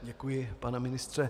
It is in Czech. Děkuji, pane ministře.